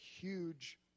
huge